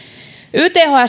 yths